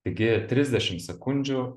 taigi trisdešim sekundžių